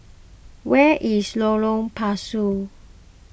where is Lorong Pasu